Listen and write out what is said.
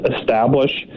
establish